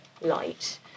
light